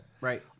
Right